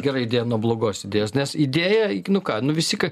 gera idėja nuo blogos idėjos nes idėja nu ką nu visi